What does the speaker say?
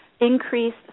increased